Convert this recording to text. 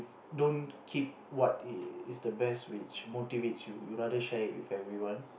don't keep what is the best which motivates you you rather share it with everyone